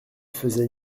faisait